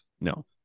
No